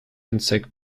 insect